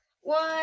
one